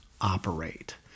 operate